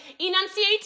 enunciate